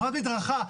הרחבת מדרכה,